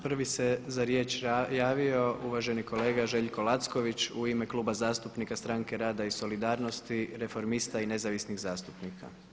Prvi se za riječ javio uvaženi kolega Željko Lacković u ime Kluba zastupnika Stranke rada i solidarnosti, Reformista i Nezavisnih zastupnika.